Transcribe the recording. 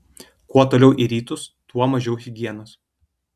kuo toliau į rytus tuo mažiau higienos